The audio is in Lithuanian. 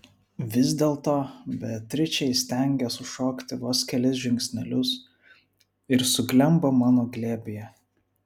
vis dėlto beatričė įstengia sušokti vos kelis žingsnelius ir suglemba mano glėbyje